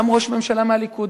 גם ראש ממשלה מהליכוד,